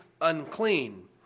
unclean